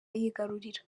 yigarurira